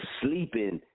sleeping